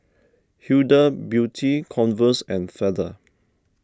Huda Beauty Converse and Feather